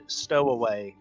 stowaway